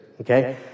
okay